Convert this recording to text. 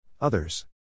Others